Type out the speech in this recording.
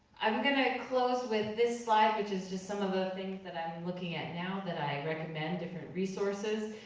i'm gonna close with this slide, which is just some of the things that i'm looking at now that i recommend, different resources,